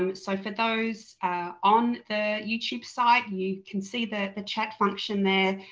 um so for those on the youtube side you can see the the chat function there.